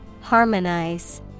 Harmonize